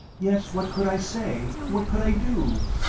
yet what could i say, what could i do?